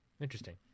Interesting